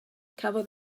cafodd